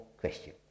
question